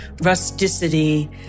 rusticity